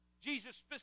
Jesus